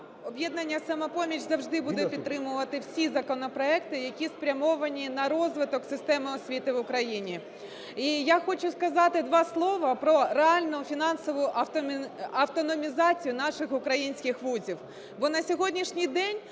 "Об'єднання "Самопоміч" завжди буде підтримувати всі законопроекти, які спрямовані на розвиток системи освіти в Україні. І я хочу сказати два слова про реальну фінансову автономізацію наших українських вузів,